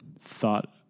thought